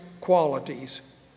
qualities